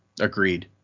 agreed